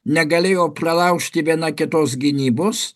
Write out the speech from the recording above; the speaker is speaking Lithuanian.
negalėjo pralaužti viena kitos gynybos